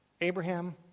Abraham